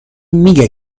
میگه